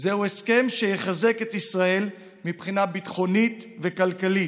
זהו הסכם שיחזק את ישראל מבחינה ביטחונית וכלכלית,